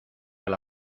del